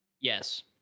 Yes